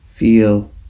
Feel